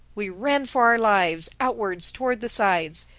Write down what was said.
we ran for our lives, outwards, toward the sides.